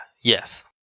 yes